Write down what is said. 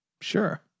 Sure